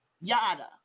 yada